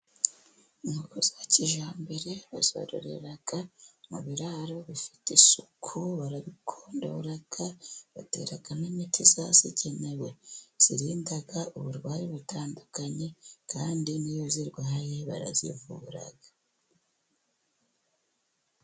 Inkoko za kijyambere bazororera mu biraro bifite isuku, barabikondora, bateramo imiti yabugenewe irinda uburwayi butandukanye, kandi n'iyo zirwaye barazivubura.